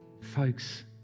Folks